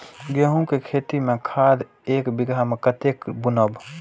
गेंहू के खेती में खाद ऐक बीघा में कते बुनब?